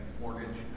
mortgage